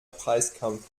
preiskampf